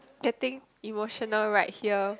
getting emotional right here